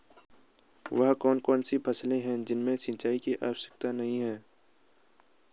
वह कौन कौन सी फसलें हैं जिनमें सिंचाई की आवश्यकता नहीं है?